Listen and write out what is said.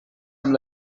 amb